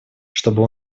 чтобы